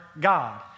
God